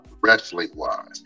wrestling-wise